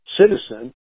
citizen